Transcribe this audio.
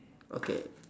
okay